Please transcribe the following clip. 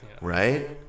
Right